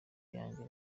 yanjye